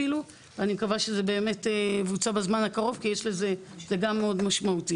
אני מקווה שזה באמת יבוצע בזמן הקרוב כי זה מאוד משמעותי.